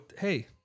hey